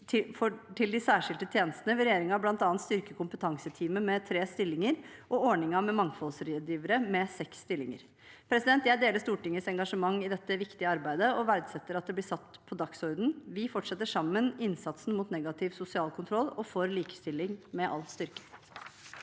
for de særskilte tjenestene vil regjeringen bl.a. styrke kompetanseteamet med tre stillinger og ordningen med mangfoldsrådgivere med seks stillinger. Jeg deler Stortingets engasjement i dette viktige arbeidet og verdsetter at det blir satt på dagsordenen. Sammen fortsetter vi innsatsen mot negativ sosial kontroll og for likestilling med styrke.